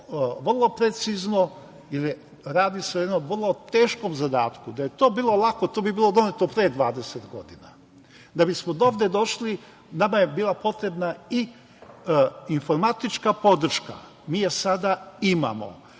vrlo precizno, jer radi se o jednom vrlo teškom zadatku. Da je to bilo lako, to bi bilo doneto pre 20 godina. Da bismo do ovde došli nama je bila potrebna i informatička podrška. Mi je sada imamo.